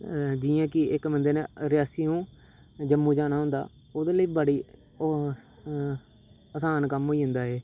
जियां कि इक बन्दे ने रियासुएं जम्मू जाना होन्दा ओह्दे लेई बड़ी असान कम्म होई जन्दा एह्